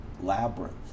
labyrinth